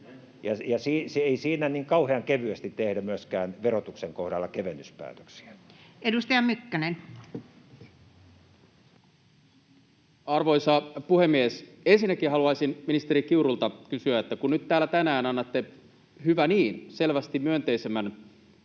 eikä siinä niin kauhean kevyesti tehdä myöskään verotuksen kohdalla kevennyspäätöksiä. Edustaja Mykkänen. Arvoisa puhemies! Ensinnäkin haluaisin ministeri Kiurulta kysyä: Kun nyt täällä tänään annatte — hyvä niin — selvästi myönteisemmän